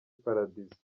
paradizo